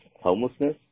homelessness